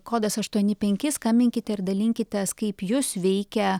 kodas aštuoni penki skambinkite ir dalinkitės kaip jus veikia